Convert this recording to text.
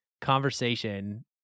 conversation